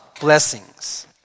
blessings